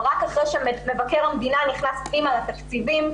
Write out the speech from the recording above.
אבל רק אחרי שמבקר המדינה נכנס פנימה לתקציבים,